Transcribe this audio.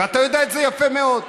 ואתה יודע את זה יפה מאוד.